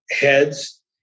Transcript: heads